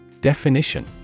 Definition